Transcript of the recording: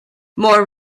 more